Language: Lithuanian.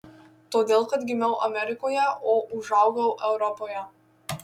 todėl kad gimiau amerikoje o užaugau europoje